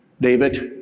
David